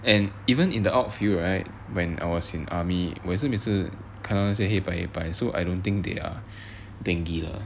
and even in the outfield right when I was in army 我也是每次每次看到那些黑白黑白 so I don't think they are dengue lah